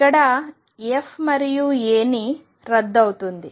ఇకడ f మరియు a ని రద్దు అవుతాయి